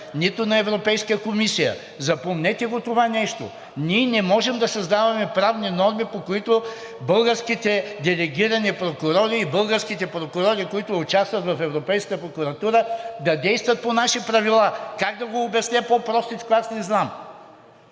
нито на Европейската комисия – запомнете го това нещо. Ние не можем да създаваме правни норми, по които българските делегирани прокурори и българските прокурори, които участват в Европейската прокуратура, да действат по наши правила. Как да го обясня по-простичко не знам?